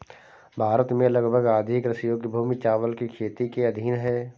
भारत में लगभग आधी कृषि योग्य भूमि चावल की खेती के अधीन है